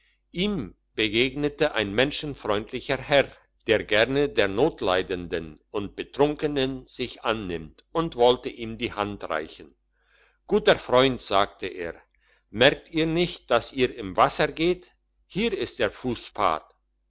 ihm begegnete ein menschenfreundlicher herr der gerne der notleidenden und betrunkenen sich annimmt und wollte ihm die hand reichen guter freund sagte er merkt ihr nicht dass ihr im wasser geht hier ist der